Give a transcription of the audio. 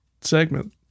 segment